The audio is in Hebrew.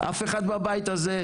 אף אחד בבית הזה,